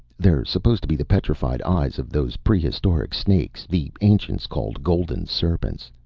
they're supposed to be the petrified eyes of those prehistoric snakes the ancients called golden serpents.